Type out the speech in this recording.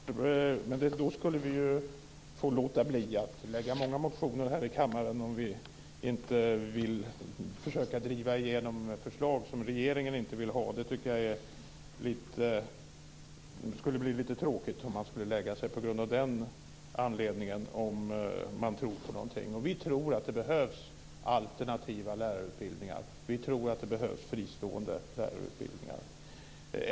Fru talman! Nej, det är klart. Men vi skulle få låta bli att lägga fram många motioner här i kammaren om vi inte vill försöka driva igenom förslag som regeringen inte vill ha. Det skulle bli lite tråkigt, tycker jag, om man skulle lägga sig på grund av den anledningen, om man tror på någonting. Vi tror att det behövs alternativa och fristående lärarutbildningar.